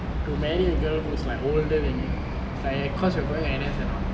to marry a girl who is like older than you is like cause you are going to N_S and all